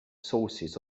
sources